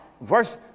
verse